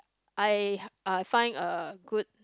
I uh find a good